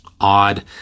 odd